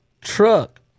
truck